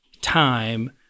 time